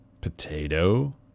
potato